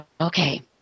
okay